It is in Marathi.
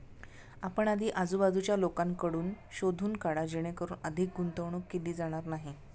आपण आधी आजूबाजूच्या लोकांकडून शोधून काढा जेणेकरून अधिक गुंतवणूक केली जाणार नाही